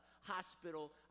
hospital